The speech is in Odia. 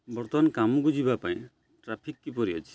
ବର୍ତ୍ତମାନ କାମକୁ ଯିବା ପାଇଁ ଟ୍ରାଫିକ୍ କିପରି ଅଛି